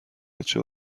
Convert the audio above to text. بچه